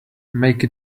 make